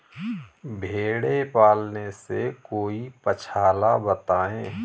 भेड़े पालने से कोई पक्षाला बताएं?